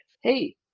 hey